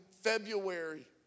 February